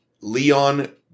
Leon